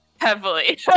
heavily